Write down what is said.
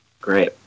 Great